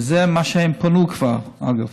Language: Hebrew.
זה מה שהם כבר פנו, אגב.